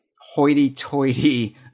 hoity-toity